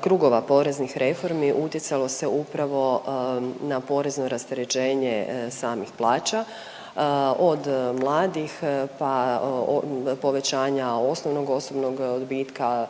krugova poreznih reformi utjecalo se upravo na porezno rasterećenje samih plaća od mladih pa povećanja osnovnog osobnog odbitka,